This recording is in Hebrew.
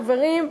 חברים,